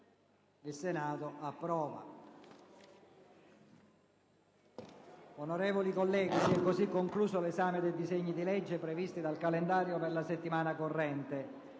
*Il Senato approva